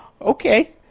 okay